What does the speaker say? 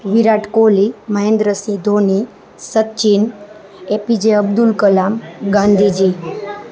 Virat Kohli Mahendra Singh Dhoni Sachin A P J Abdul Kalam Gandhiji